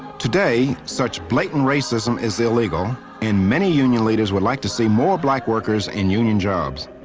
today, such blatant racism is illegal and many union leaders would like to see more black workers in union jobs.